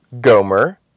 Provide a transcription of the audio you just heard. Gomer